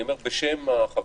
אני אומר בשם החברים: